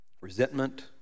resentment